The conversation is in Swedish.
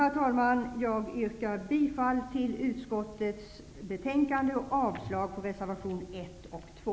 Herr talman! Jag yrkar bifall till utskottets hemställan och avslag på reservation 1 och 2.